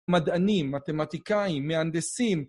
מדענים, מתמטיקאים, מהנדסים.